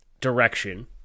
direction